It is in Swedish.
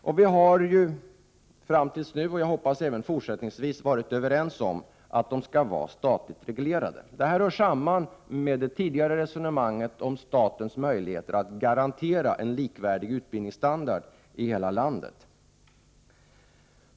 Fram till nu har vi varit överens — och jag hoppas att vi kommer att vara det även fortsättningsvis — om att lärartjänsterna skall vara statligt reglerade. Detta hör ihop med det tidigare resonemanget om statens möjligheter att garantera en likvärdig utbildningsstandard i hela landet.